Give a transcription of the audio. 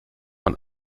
man